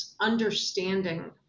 understanding